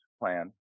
Plan